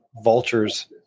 vultures